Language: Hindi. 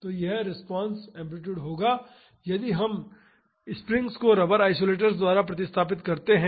तो यह रिस्पांस एम्पलीटूड होगा यदि हम स्प्रिंग्स को रबर आइसोलेटर्स द्वारा प्रतिस्थापित करते हैं